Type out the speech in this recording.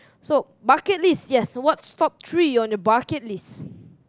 so bucket list yes what's top three on your bucket list